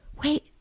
Wait